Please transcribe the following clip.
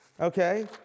Okay